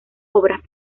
obras